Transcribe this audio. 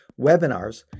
webinars